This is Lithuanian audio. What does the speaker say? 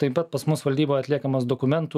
taip pat pas mus valdyboj atliekamas dokumentų